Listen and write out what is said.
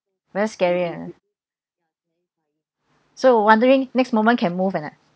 very scary ah so wondering next moment can move or not